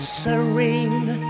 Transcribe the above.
serene